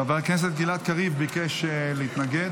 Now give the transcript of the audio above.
חבר הכנסת גלעד קריב ביקש להתנגד.